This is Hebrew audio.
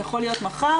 יכול להיות מחר,